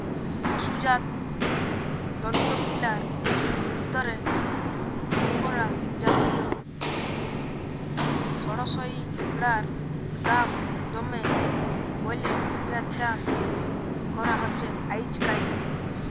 পসুজাত তন্তুগিলার ভিতরে আঙগোরা জাতিয় সড়সইড়ার দাম দমে বল্যে ইয়ার চাস করা হছে আইজকাইল